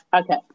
Okay